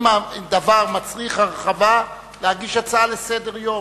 אם הדבר מצריך הרחבה, להגיש הצעה לסדר-יום.